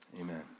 amen